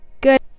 good